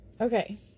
Okay